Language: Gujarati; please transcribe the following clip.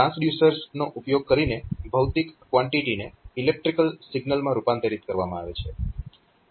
ટ્રાન્સડ્યુસર્સ નો ઉપયોગ કરીને ભૌતિક કવાન્ટીટીને ઈલેક્ટ્રીકલ સિગ્નલ માં રૂપાંતરીત કરવામાં આવે છે